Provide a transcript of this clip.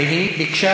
הרי היא ביקשה